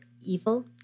evil